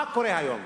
מה קורה היום?